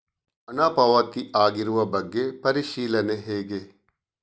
ಹಣ ಪಾವತಿ ಆಗಿರುವ ಬಗ್ಗೆ ಪರಿಶೀಲನೆ ಹೇಗೆ?